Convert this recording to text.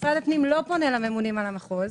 משרד הפנים לא פונה לממונים על המחוז.